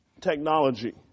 technology